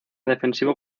defensivo